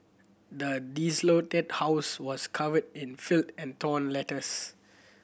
the desolated house was covered in filth and torn letters